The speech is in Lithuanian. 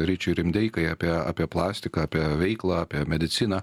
ryčiui rimdeikai apie apie plastiką apie veiklą apie mediciną